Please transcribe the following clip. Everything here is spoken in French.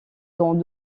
dans